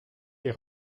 est